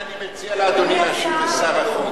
את זה אני מציע לאדוני להשאיר לשר החוץ,